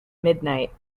midnight